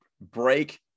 break